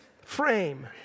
frame